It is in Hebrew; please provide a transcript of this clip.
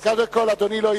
הממשלה, הודעה אישית.